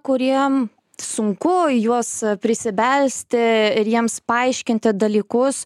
kuriem sunku į juos prisibelsti ir jiems paaiškinti dalykus